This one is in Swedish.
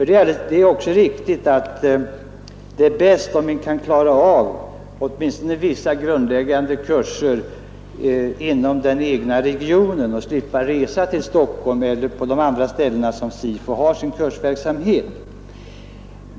Det är också riktigt att det är bäst om vi kan klara av åtminstone vissa grundläggande kurser inom den egna regionen och slippa resa till Stockholm eller till de andra ställen där SIFU har sin kursverksamhet.